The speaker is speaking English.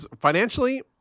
financially